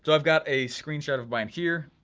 so i've got a screenshot of mine here,